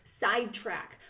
sidetrack